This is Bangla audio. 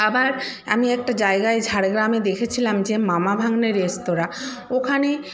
আবার আমি একটা জায়গায় ঝাড়গ্রামে দেখেছিলাম যে মামা ভাগ্নে রেস্তোরাঁ ওখানে